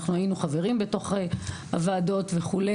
אנחנו היינו חברים בתוך הוועדות וכו'